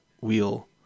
wheel